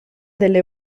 delle